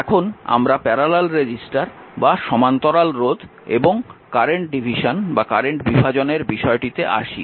এখন আমরা সমান্তরাল রোধ এবং কারেন্ট বিভাজনের বিষয়টিতে আসি